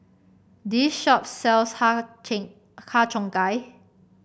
this shop sells har Har Cheong Gai